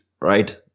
right